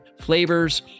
flavors